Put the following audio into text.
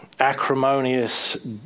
acrimonious